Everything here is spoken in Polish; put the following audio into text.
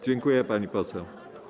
Dziękuję, pani poseł.